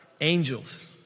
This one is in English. angels